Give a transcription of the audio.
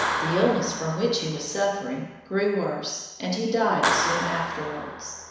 the illness from which he was suffering grew worse, and he died soon afterwards.